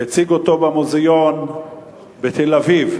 והציג אותו במוזיאון בתל-אביב.